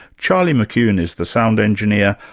charlie mckune is the sound engineer,